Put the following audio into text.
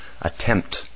attempt